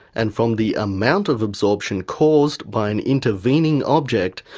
and from the amount of absorption caused by an intervening object,